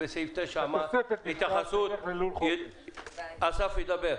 אז אסף ידבר.